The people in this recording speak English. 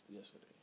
Yesterday